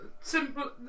simple